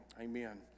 amen